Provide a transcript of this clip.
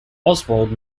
oswald